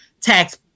tax